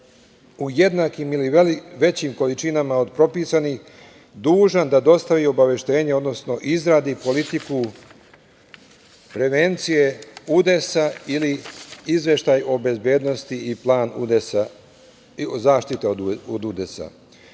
u jednakim ili većim količinama od propisanih dužan da dostavi obaveštenje, odnosno izradi politiku prevencije udesa ili izveštaj o bezbednosti i plan zaštite od